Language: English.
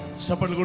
somewhat,